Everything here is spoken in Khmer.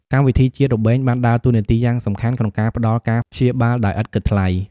កម្មវិធីជាតិ របេងបានដើរតួនាទីយ៉ាងសំខាន់ក្នុងការផ្តល់ការព្យាបាលដោយឥតគិតថ្លៃ។